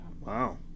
wow